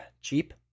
cheap